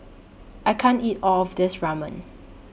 I can't eat All of This Ramen